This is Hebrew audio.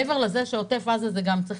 מעבר לזה שבעוטף עזה המבנים צריכים